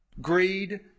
Greed